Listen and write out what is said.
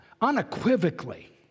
unequivocally